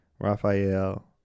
Raphael